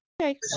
Okay